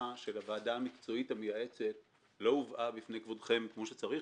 של הוועדה המקצועית המייעצת לא הובאה בפני כבודכם כמו שצריך,